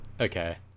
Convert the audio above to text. Okay